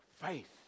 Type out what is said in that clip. Faith